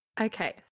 Okay